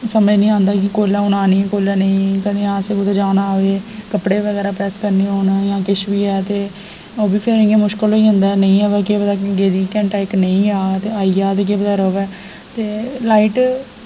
कुछ समझ निं आंदा की कोले हून आनी ते कोले नेईं कदें कुदै जाना होवै कपड़े बगैरा प्रैस करने होन जां किश बी ऐ ते ओह्बी फिर इ'यां मुश्किल होई जंदा नेईं होवै ते केह् पता गेदी घैंटा इक नेईं आवै ते आई जा ते केह् पता र'वै ते लाइट